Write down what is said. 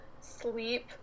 sleep